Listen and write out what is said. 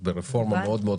גם לארגוני הנשים.